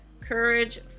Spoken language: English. Courage